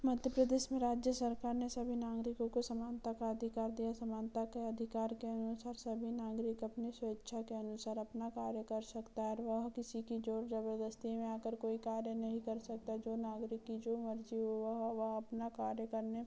मध्य प्रदेश में राज्य सरकार ने सभी नागरिकों को समानता का अधिकार दिया समानता के अधिकार के अनुसार सभी नागरिक अपने स्वेच्छा के अनुसार अपना कार्य कर सकता है और वह किसी की जोर जबरदस्ती में आकर कोई कार्य नहीं कर सकता जो नागरिक की जो मर्जी हो वह वह अपना कार्य करने